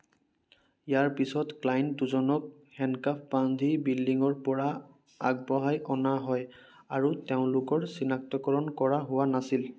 ইয়াৰ পিছত ক্লায়েণ্ট দুজনক হেণ্ডকাফ বান্ধি বিল্ডিঙৰ পৰা আগবঢ়াই অনা হয় আৰু তেওঁলোকৰ চিনাক্তকৰণ কৰা হোৱা নাছিল